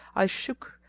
i shook,